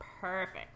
Perfect